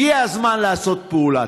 הגיע הזמן לעשות פעולה.